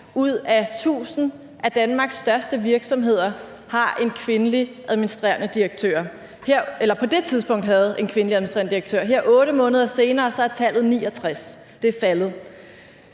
ud af 1.000 af Danmarks største virksomheder på det tidspunkt havde en kvindelig administrerende direktør, og her 8 måneder senere er tallet 69. Det er faldet.